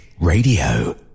Radio